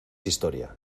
historia